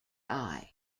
eye